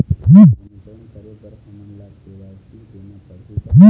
नवीनीकरण करे बर हमन ला के.वाई.सी देना पड़ही का?